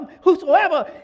whosoever